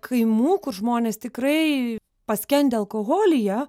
kaimų kur žmonės tikrai paskendę alkoholyje